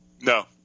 No